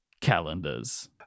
calendars